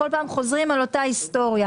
כל פעם חוזרים על אותה היסטוריה.